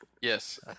Yes